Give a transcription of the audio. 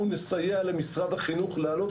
והיום אנחנו נשמע מיוזמות חינוכיות שונות, ונחשוב